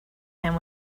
him